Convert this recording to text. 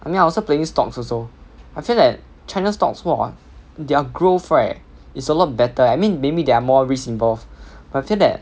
I mean I also playing stocks also I feel that china's stocks !wah! their growth right is a lot better eh I mean maybe that there are more risks involved but I feel that